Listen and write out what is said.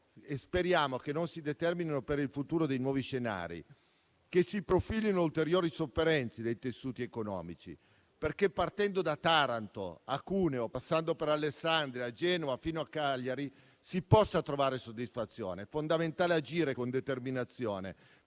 auspico che non si determinino per il futuro dei nuovi scenari e che non si profilino ulteriori sofferenze dei tessuti economici, perché partendo da Taranto a Cuneo, passando per Alessandria, da Genova fino a Cagliari, si possa trovare soddisfazione. È fondamentale agire con determinazione